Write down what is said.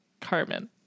Carmen